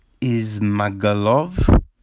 Ismagalov